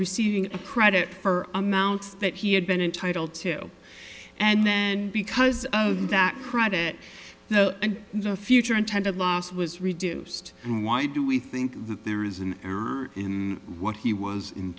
receiving a credit for amounts that he had been entitle to and then because of that credit and future intended loss was reduced and why do we think that there is an error in what he was